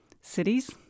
cities